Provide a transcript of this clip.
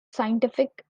scientific